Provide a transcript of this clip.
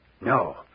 No